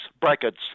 brackets